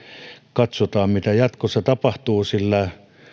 katsotaan mitä jatkossa tapahtuu sillä